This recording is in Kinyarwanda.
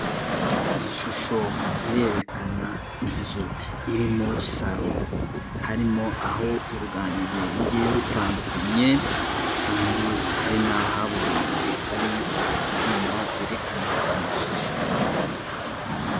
Iyi shusho irerekana inzu irimo saro; harimo aho uruganiriro rugiye rutandukanye, kandi hari n'ahabugenewe hari ibyuma byerekana amashusho.